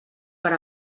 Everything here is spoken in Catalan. per